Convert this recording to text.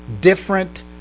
different